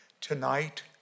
Tonight